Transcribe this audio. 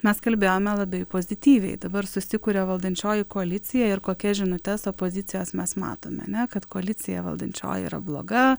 mes kalbėjome labai pozityviai dabar susikuria valdančioji koalicija ir kokias žinutes opozicijos mes matome ne kad koalicija valdančioji yra bloga